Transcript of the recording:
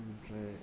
ओमफ्राय